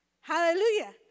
hallelujah